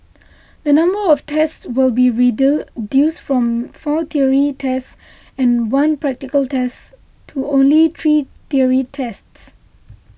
the number of tests will be from four theory tests and one practical test to only three theory tests